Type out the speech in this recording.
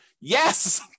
Yes